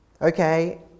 Okay